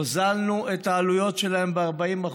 הוזלנו את העלויות שלהן ב-40%,